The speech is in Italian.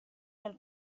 nel